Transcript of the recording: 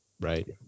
right